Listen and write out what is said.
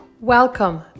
Welcome